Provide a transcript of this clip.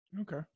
okay